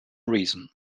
reason